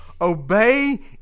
obey